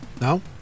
No